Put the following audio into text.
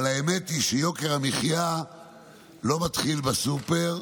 אבל האמת היא שיוקר המחיה לא מתחיל בסופר,